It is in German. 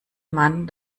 man